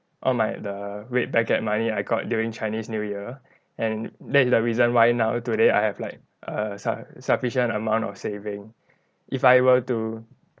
all my the red packet money I got during chinese new year and that is the reason why now today I have like a suf~ sufficient amount of saving if I were to